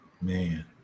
Man